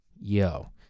Yo